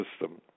system